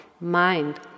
mind